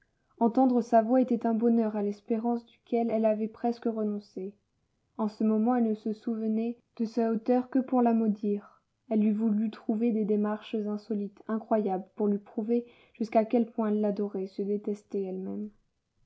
entendre sa voix était un bonheur à l'espérance duquel elle avait presque renoncé en ce moment elle ne se souvenait de sa hauteur que pour la maudire elle eût voulu trouver des démarches insolites incroyables pour lui prouver jusqu'à quel point elle l'adorait et se détestait elle-même